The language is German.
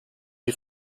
die